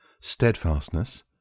steadfastness